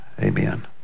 amen